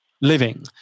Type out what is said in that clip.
living